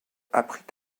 apprit